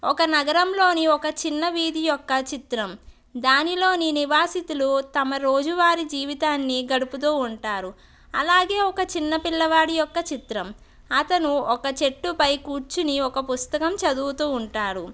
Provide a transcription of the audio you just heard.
ఒక నగరంలోని ఒక చిన్న వీధి యొక్క చిత్రం దానిలోని నివాసితులు తమ రోజువారి జీవితాన్ని గడుపుతూ ఉంటారు అలాగే ఒక చిన్న పిల్లవాడి యొక్క చిత్రం అతను ఒక చెట్టుపై కూర్చుని ఒక పుస్తకం చదువుతూ ఉంటాడు